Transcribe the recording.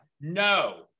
No